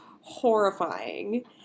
horrifying